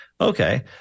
Okay